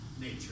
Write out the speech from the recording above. nature